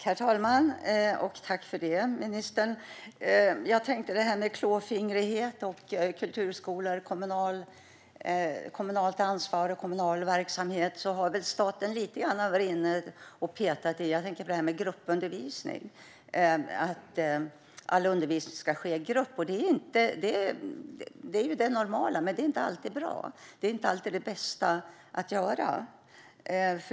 Herr talman! Tack för det, ministern! När det gäller klåfingrighet och kulturskolor, kommunalt ansvar och kommunal verksamhet har väl staten lite grann varit inne och petat. Jag tänker på det här med gruppundervisning - att all undervisning ska ske i grupp. Det är det normala, men det är inte alltid bra och det bästa att göra.